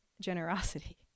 generosity